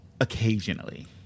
occasionally